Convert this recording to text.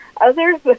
Others